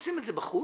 עושים את זה בחוץ,